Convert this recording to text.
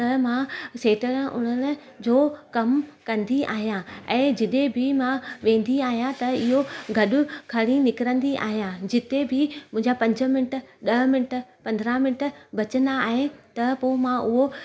त मां सीटर उणण जो कमु कंदी आहियां ऐं जॾहिं बि मां वेंदी आहियां त इहो गॾु खणी निकिरंदी आहियां जिते बि मुंहिंजा पंज मिंट ॾह मिंट पंद्राहं मिंट बचंदा आहिनि त पोइ मां उओ